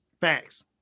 Facts